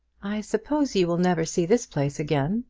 i suppose you will never see this place again?